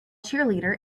cheerleader